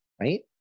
right